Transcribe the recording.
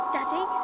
Daddy